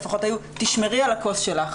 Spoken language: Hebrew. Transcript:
לפחות: תשמרי על הכוס שלך.